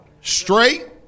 Straight